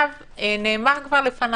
נאמר כבר קודם